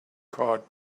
card